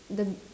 the